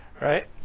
right